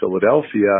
Philadelphia